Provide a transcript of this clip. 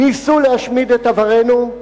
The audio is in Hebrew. ניסו להשמיד את עברנו.